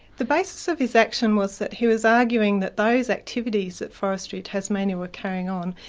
the basis of his action was that he was arguing that those activities that forestry tasmania were carrying on,